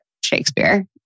Shakespeare